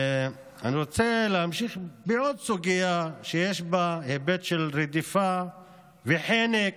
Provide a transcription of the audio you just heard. אני רוצה להמשיך בעוד סוגיה שיש בה היבט של רדיפה וחנק,